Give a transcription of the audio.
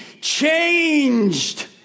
changed